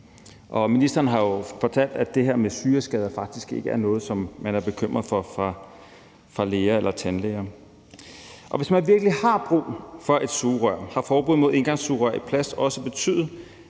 ministeren har jo fortalt, at det her med syreskader faktisk ikke er noget, som man er bekymret for hos læger eller tandlæger. Hvis man virkelig har brug for et sugerør, har forbuddet mod engangssugerør i plast også betydet,